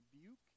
rebuke